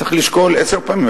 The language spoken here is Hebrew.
צריך לשקול עשר פעמים.